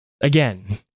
Again